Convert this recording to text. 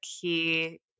key